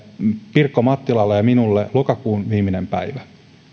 pirkko mattilalle ja minulle lokakuun viimeinen päivä